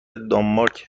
دانمارک